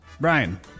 Brian